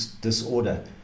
disorder